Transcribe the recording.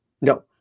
no